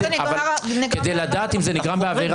אבל איך אתם מחליטים אם זה נגרם בעבירה?